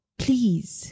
please